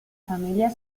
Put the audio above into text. familia